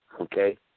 okay